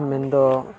ᱢᱮᱱᱫᱚ